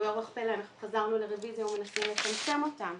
ובאורח פלא אנחנו חזרנו לרביזיה ולניסיון לצמצם אותם.